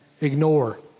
ignore